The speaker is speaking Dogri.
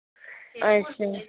अच्छा